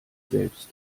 selbst